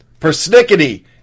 Persnickety